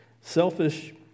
selfish